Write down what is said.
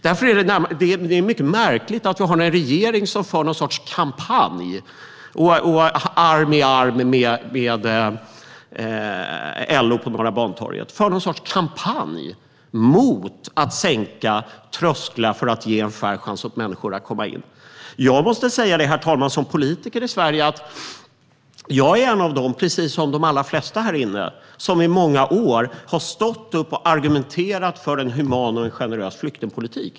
Därför är det mycket märkligt att vi har en regering som arm i arm med LO på Norra Bantorget för någon sorts kampanj mot att sänka trösklar och ge människor en fair chans att komma in på arbetsmarknaden. Herr talman! Precis som de allra flesta här inne är jag som politiker i Sverige en av dem som i många år har stått upp och argumenterat för en human och generös flyktingpolitik.